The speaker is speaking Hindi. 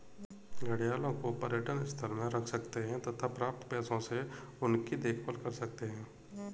घड़ियालों को पर्यटन स्थल में रख सकते हैं तथा प्राप्त पैसों से उनकी देखभाल कर सकते है